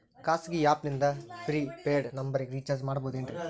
ಖಾಸಗಿ ಆ್ಯಪ್ ನಿಂದ prepaid ನಂಬರಿಗ ರೇಚಾರ್ಜ್ ಮಾಡಬಹುದೇನ್ರಿ?